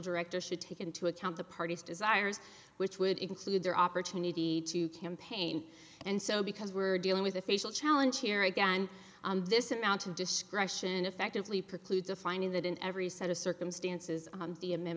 director should take into account the party's desires which would include their opportunity to campaign and so because we're dealing with a facial challenge here again this amount of discretion effectively precludes a finding that in every set of circumstances